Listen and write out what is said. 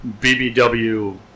BBW